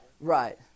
Right